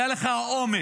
היה לך האומץ